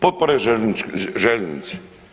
Potpore željeznici.